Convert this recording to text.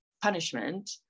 punishment